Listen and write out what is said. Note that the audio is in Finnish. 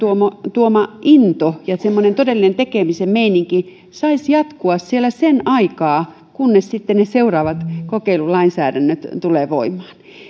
tuoma into ja semmoinen todellinen tekemisen meininki saisivat jatkua siellä sen aikaa kunnes sitten ne seuraavat kokeilulainsäädännöt tulevat voimaan